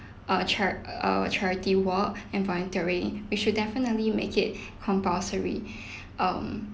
err cha~ err charity work and volunteering we should definitely make it compulsory um